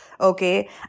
Okay